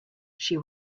she